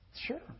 Sure